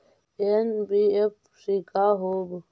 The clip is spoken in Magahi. एन.बी.एफ.सी का होब?